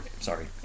Sorry